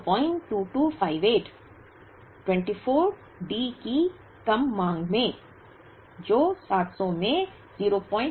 02258 24 D की कम मांग में जो 700 में 09 है